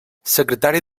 secretari